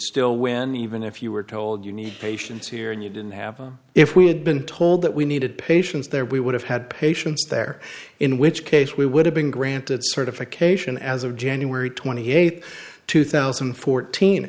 still win even if you were told you need patience here and you didn't have if we had been told that we needed patients there we would have had patients there in which case we would have been granted certification as of january twenty eighth two thousand and fourteen